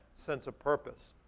sense of purpose.